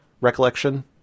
recollection